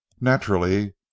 Naturally